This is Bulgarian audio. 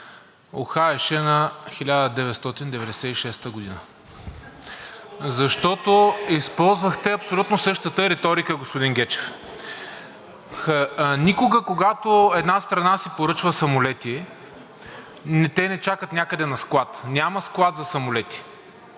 „БСП за България“.) Защото използвахте абсолютно същата риторика, господин Гечев. Никога, когато една страна си поръчва самолети, те не чакат някъде на склад, няма склад за самолети.